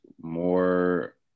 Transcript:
more